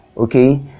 okay